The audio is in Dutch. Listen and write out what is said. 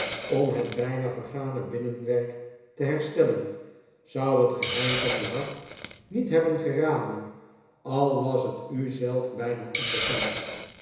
om het bijna vergane binnenwerk te herstellen zou het geheim van uw hart niet hebben geraden al was het u zelf bijna onbekend